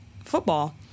football